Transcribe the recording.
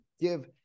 give